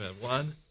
One